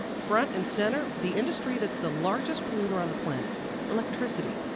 front and center the industry that's the largest polluter on the planet electricity.